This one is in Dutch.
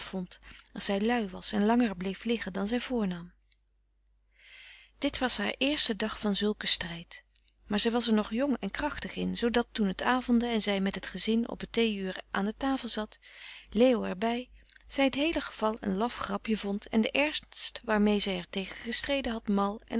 als zij lui was en langer bleef liggen dan zij voornam frederik van eeden van de koele meren des doods dit was haar eerste dag van zulken strijd maar zij was er nog jong en krachtig in zoodat toen t avondde en zij met het gezin op t thee uur aan de tafel zat leo er bij zij t heele geval een laf grapje vond en den ernst waarmee zij er tegen gestreden had mal